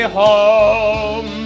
home